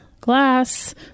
glass